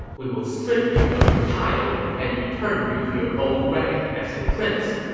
we will strip you of your title and return you to your old rank as a prince.